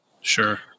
sure